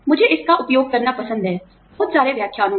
मुझे इसका उपयोग करना पसंद है बहुत सारे व्याख्यानों में